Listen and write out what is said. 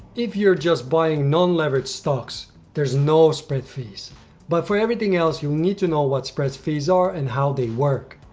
if you're just buying non-leveraged stocks, there's no spread fees but for everything else, you need to know what spread fees are and how they work.